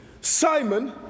Simon